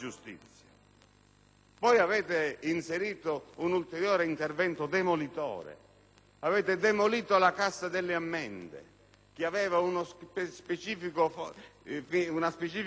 Avete inserito un ulteriore intervento demolitore: avete demolito la Cassa delle ammende che aveva una specifica finalità,